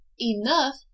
enough